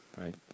Right